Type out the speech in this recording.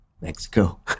Mexico